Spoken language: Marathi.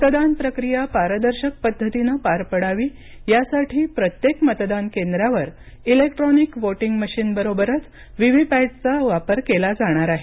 मतदान प्रक्रिया पारदर्शक पद्धतीनं पार पडावी यासाठी प्रत्येक मतदान केंद्रावर इलेक्ट्रॉनिक वोटिंग मशीन बरोबरच व्ही व्ही पॅटचा वापर केला जाणार आहे